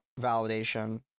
validation